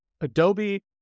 Adobe